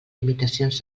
limitacions